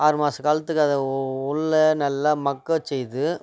ஆறு மாதம் காலத்துக்காக அதை உள்ள நல்லா மக்கச்செய்து